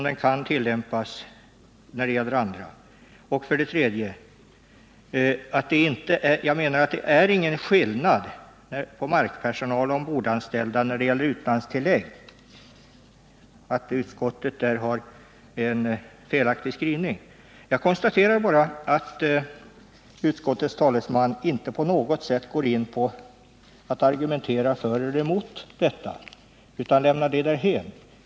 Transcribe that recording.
Jag menar också att det är ingen skillnad på markpersonal och ombordanställda när det gäller utlandstillägg utan att utskottet där har en felaktig skrivning. Utskottets talesman går inte på något sätt in på att argumentera för eller emot detta utan lämnar det därhän.